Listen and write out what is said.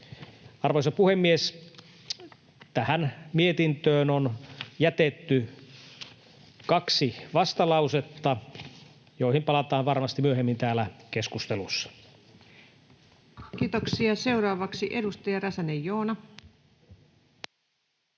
Arvoisa puhemies! Tähän mietintöön on jätetty kaksi vastalausetta, joihin palataan varmasti myöhemmin täällä keskustelussa. Kiitoksia. — Seuraavaksi edustaja Räsänen, Joona.